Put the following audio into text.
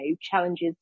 challenges